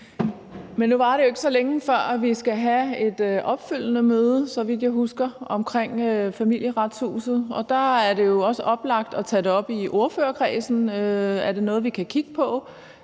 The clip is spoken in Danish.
Nu varer det jo ikke så længe, før vi skal have et opfølgende møde, så vidt jeg husker, om Familieretshuset, og der er det jo også oplagt at tage det op i ordførerkredsen; er det noget, vi kan kigge på,